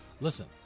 listen